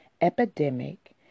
epidemic